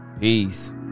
Peace